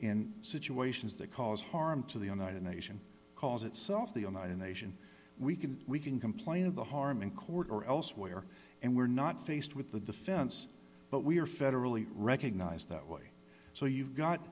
in situations that cause harm to the united nation calls itself the united nation we can we can complain of the harm in court or elsewhere and we're not faced with the defense but we are federally recognized that way so you've got